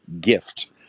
gift